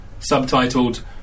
subtitled